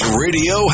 radio